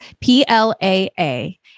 P-L-A-A